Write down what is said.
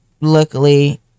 luckily